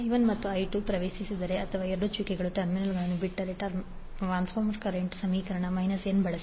I1 ಮತ್ತು I2 ಪ್ರವೇಶಿಸಿದರೆ ಅಥವಾ ಎರಡೂ ಚುಕ್ಕೆಗಳ ಟರ್ಮಿನಲ್ಗಳನ್ನು ಬಿಟ್ಟರೆ ಟ್ರಾನ್ಸ್ಫಾರ್ಮರ್ ಕರೆಂಟ್ ಸಮೀಕರಣದಲ್ಲಿ n ಬಳಸಿ